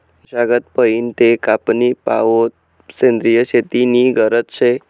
मशागत पयीन ते कापनी पावोत सेंद्रिय शेती नी गरज शे